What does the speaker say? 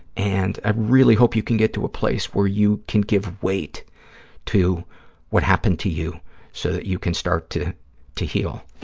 and i really hope you can get to a place where you can give weight to what happened to you so that you can start to to heal.